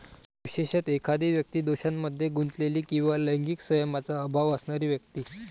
विशेषतः, एखादी व्यक्ती दोषांमध्ये गुंतलेली किंवा लैंगिक संयमाचा अभाव असणारी व्यक्ती